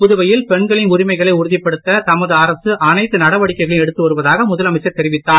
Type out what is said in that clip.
புதுவையில் பெண்களின் உரிமைகளை உறுதிப்படுத்த தமது நடவடிக்கைகளையும் எடுத்து வருவதாக முதலமைச்சர் தெரிவித்தார்